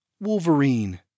Wolverine